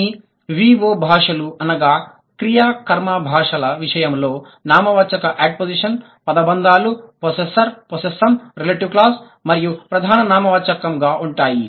అన్ని VO భాషలు అనగా క్రియ కర్మ భాషల విషయంలో నామవాచక యాడ్పోస్జిషన్ పదబంధాలు పొస్సెస్సామ్ పొస్సెస్సర్ రెలెటివ్ క్లాజ్ మరియు ప్రధాన నామవాచకం గా ఉంటాయి